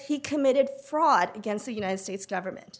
he committed fraud against the united states government